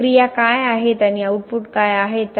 प्रक्रिया काय आहेत आणि आउटपुट काय आहेत